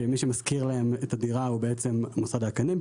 שמי שמשכיר להם את הדירה הוא בעצם המוסד האקדמי.